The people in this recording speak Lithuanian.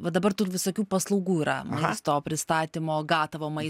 va dabar tų visokių paslaugų yra maisto pristatymo gatavo mai